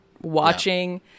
watching